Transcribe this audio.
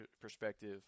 perspective